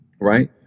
Right